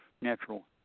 natural